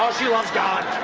she loves god.